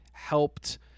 helped